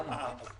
למה?